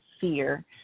fear